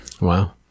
Wow